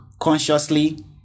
consciously